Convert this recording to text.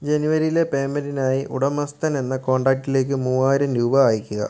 ജനുവരിയിലെ പേയ്മെൻറ്റിനായി ഉടമസ്ഥൻ എന്ന കോണ്ടാക്ടിലേക്ക് മൂവായിരം രൂപ അയയ്ക്കുക